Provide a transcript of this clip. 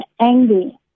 angry